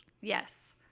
Yes